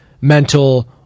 mental